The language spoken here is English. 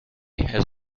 has